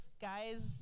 guys